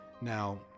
now